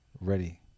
Ready